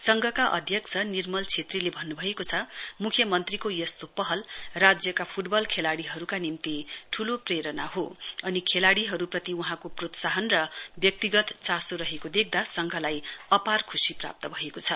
संघको अध्यक्ष निर्मल छेत्रीले भन्नुभएको छ मुख्यमन्त्रीको यस्तो पहल राज्यका फुटबल खेलाड़ीहरुका निम्ति ठ्रलो प्रेरणा हो अनि खेलाड़ीहरुप्रति वहाँको प्रोत्साहन र व्यक्तिगत चासो रहेको देख्दा संघलाई अपार खुशी प्राप्त भएको छ